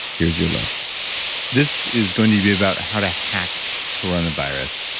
here's your list this is going to be about how to hack coronavirus.